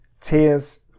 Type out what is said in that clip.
Tears